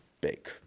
big